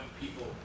people